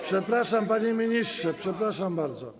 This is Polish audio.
Przepraszam, panie ministrze, przepraszam bardzo.